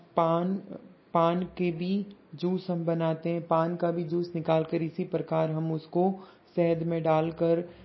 पान पान के भी जूस हम बनाते हैं पान का भी जूस निकाल कर इसी प्रकार हम उसको शहद में डाल कर